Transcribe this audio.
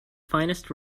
finest